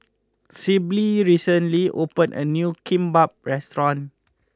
Sibyl recently opened a new Kimbap restaurant